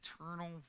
eternal